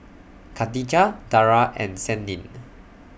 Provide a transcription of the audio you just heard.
Katijah Dara and Senin